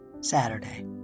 Saturday